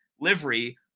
livery